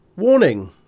Warning